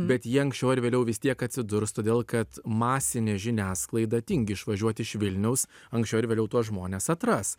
bet jie anksčiau ar vėliau vis tiek atsidurs todėl kad masinė žiniasklaida tingi išvažiuot iš vilniaus anksčiau ar vėliau tuos žmones atras